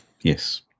yes